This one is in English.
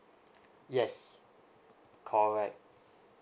yes correct